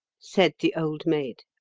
said the old maid.